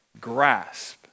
grasp